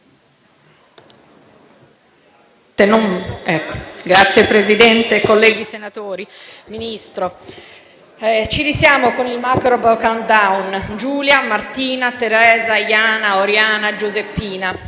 Signora Presidente, colleghi senatori, Ministro, ci risiamo con il macabro *countdown*: Giulia, Martina, Teresa, Yana, Oriana, Giuseppina,